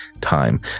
time